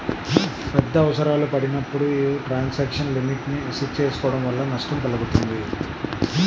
పెద్ద అవసరాలు పడినప్పుడు యీ ట్రాన్సాక్షన్ లిమిట్ ని సెట్ చేసుకోడం వల్ల నష్టం కల్గుతుంది